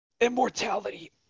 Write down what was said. immortality